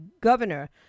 governor